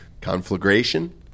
conflagration